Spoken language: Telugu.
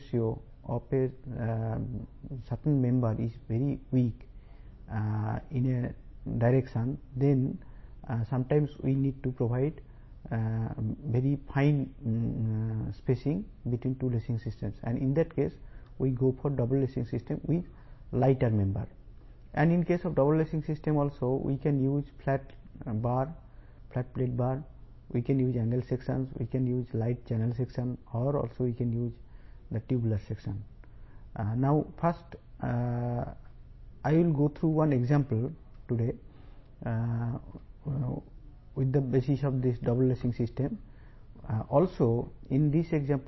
కాబట్టి ఒక నిర్దిష్ట మెంబెర్ యొక్క స్లెన్డెర్నెస్ రేషియో ఒక దిశలో చాలా బలహీనంగా ఉంటే అప్పుడు కొన్నిసార్లు మనం రెండు లేసింగ్ సిస్టంల మధ్య చాలా ఫైన్ స్పేసింగ్ ను ఇవ్వాలి మరియు ఆ సందర్భంలో మనం తేలికైన మెంబెర్ తో డబుల్ లేసింగ్ సిస్టమ్ కోసం వెళ్తాము